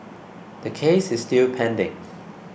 the case is still pending